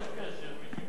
יש קשר, משום,